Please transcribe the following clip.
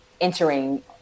entering